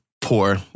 Poor